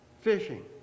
fishing